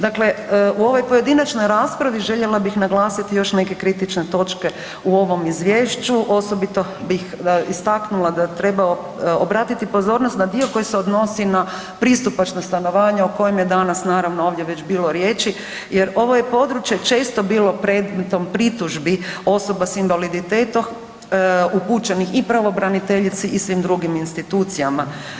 Dakle, u ovoj pojedinačnoj raspravi željela bih naglasiti još neke kritične točke u ovom izvješću, osobito bih istaknula da treba obratiti pozornost na dio koji se odnosi na pristupačnost stanovanja o kojem je danas naravno ovdje već bilo riječi jer ovo je područje često bilo predmetom pritužbi osoba s invaliditetom upućenih i pravobraniteljici i svim drugim institucijama.